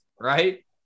right